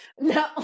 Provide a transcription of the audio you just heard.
No